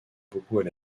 beaucoup